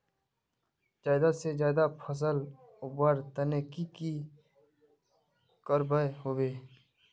ज्यादा से ज्यादा फसल उगवार तने की की करबय होबे?